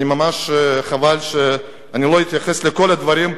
ממש חבל שאני לא אתייחס לכל הדברים,